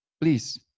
Please